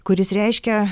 kuris reiškia